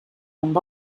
amb